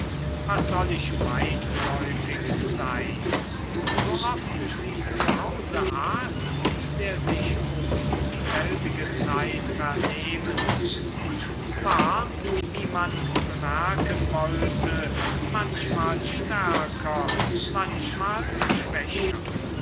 was soll ich weitläufig sein sooft sie zu hause aß ließ er sich um dieselbige zeit vernehmen und zwar wie man bemerken wollte manchmal stärker manchmal schwächer